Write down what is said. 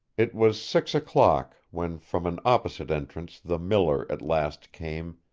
it was six o'clock when from an opposite entrance the miller at last came,